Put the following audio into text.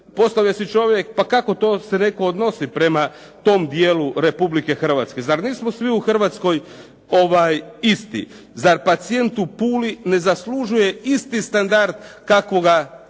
Postavlja si čovjek pa kako to se netko odnosi prema tom dijelu Republike Hrvatske. Zar nismo svi u Hrvatskoj isti. Zar pacijent u Puli ne zaslužuje isti standard kako ga